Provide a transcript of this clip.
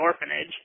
orphanage